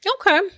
Okay